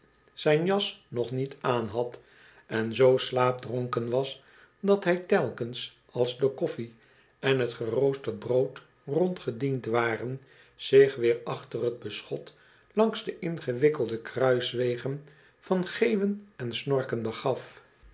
zijn jas nog niet aanhad en zoo slaapdronken was dat hij telkens als de koffie en t geroosterd brood rondgediend waren zich weer achter t beschot langs de ingewikkelde kruiswegen van geeuwen en snorken begaf